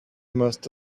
most